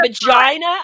vagina